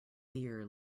beer